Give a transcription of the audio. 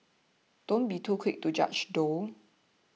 don't be too quick to judge though